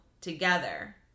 together